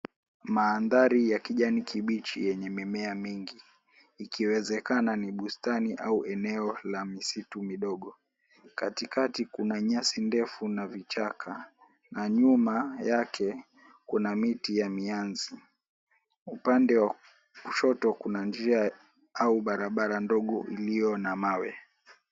Mandhari ya kijani kibichi yenye mimea mingi ikiwezekana ni bustani au eneo la misitu midogo. Katikati kuna nyasi ndefu na vichaka na nyuma yake kuna miti ya mianzi. Upande wa kushoto kuna njia au barabara ndogo ilio na mawe.